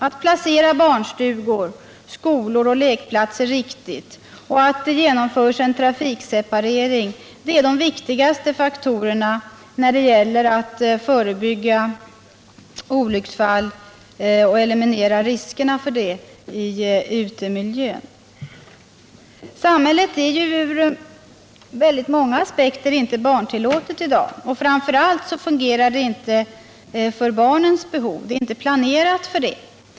Att placera barnstugor, skolor och lekplatser riktigt och att genomföra trafikseparering är de viktigaste faktorerna när det gäller att förebygga olycksfall och eliminera riskerna i utemiljön. Samhället är ur många aspekter inte barntillåtet i dag; framför allt fungerar det inte för barnens behov — det är inte planerat för dem.